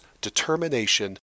determination